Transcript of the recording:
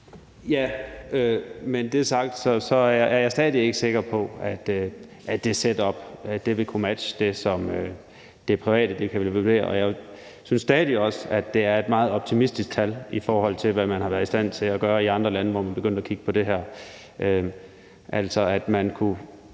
Ja, men når det er sagt, er jeg stadig ikke sikker på, at det setup vil kunne matche det, som det private kan levere. Jeg synes stadig også, at det er et meget optimistisk tal, i forhold til hvad man har været i stand til at gøre i andre lande, hvor man er begyndt at kigge på det her. Altså, med hensyn